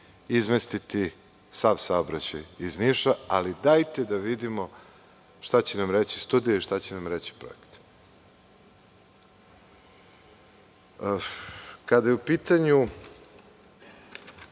izmestiti sav saobraćaj iz Niša, ali dajte da vidimo šta će nam reći studija i šta će nam reći projekti. Kada je u pitanju